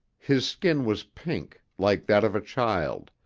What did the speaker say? his skin was pink, like that of a child,